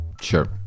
Sure